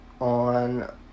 on